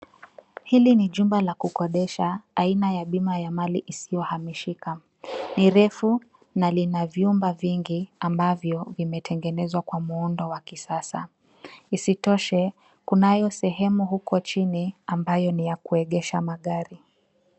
Hili ni jumba la kukodisha, aina ya bima ya mali isiyohamishika. Ni refu na lina vyumba vingi ambavyo vimetengenezwa kwa muundo wa kisasa. Isitoshe, kunayo sehemu huko chini ambayo ni ya kuegesha magari.